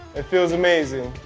it feels amazing.